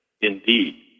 indeed